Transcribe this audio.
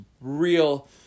real